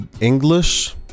English